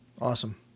Awesome